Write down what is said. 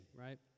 right